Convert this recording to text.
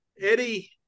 Eddie